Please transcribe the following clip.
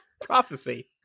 prophecy